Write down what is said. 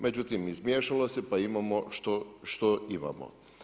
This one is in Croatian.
Međutim, izmiješalo se pa imamo što imamo.